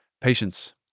Patience